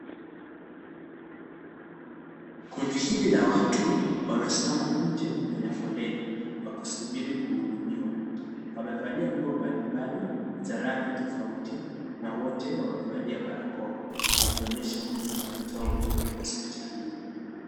Kundi hili la watu wamesimama nje kwenye foleni wakisubiri kuhudumiwa. Wamevalia nguo mbalimbali za rangi tofauti na wote wamevalia barakoa wakionyesha umuhimu wa kutoa huduma hospitalini.